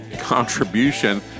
contribution